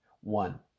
One